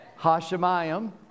Hashemayim